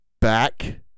back